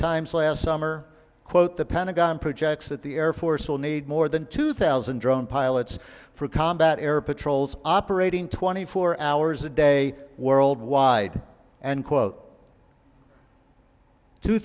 times last summer quote the pentagon projects that the air force will need more than two thousand drone pilots for combat air patrols operating twenty four hours a day worldwide and